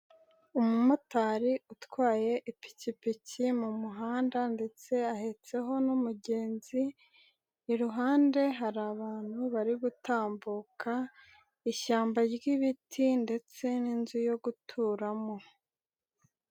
Umumotari utwaye ipikipiki mu muhanda ndetse ahetseho n'umugenzi, iruhande hari abantu bari gutambuka, ishyamba ry'ibiti ndetse n'inzu yo guturamo.